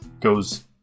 goes